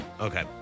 Okay